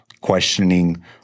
questioning